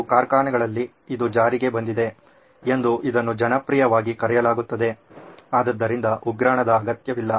ಕೆಲವು ಕಾರ್ಖಾನೆಗಳಲ್ಲಿ ಇದು ಜಾರಿಗೆ ಬಂದಿದೆ ಎಂದು ಇದನ್ನು ಜನಪ್ರಿಯವಾಗಿ ಕರೆಯಲಾಗುತ್ತದೆ ಆದ್ದರಿಂದ ಉಗ್ರಾಣದ ಅಗತ್ಯವಿಲ್ಲ